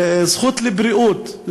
זכות לבריאות.